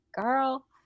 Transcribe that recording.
girl